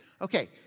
Okay